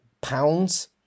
pounds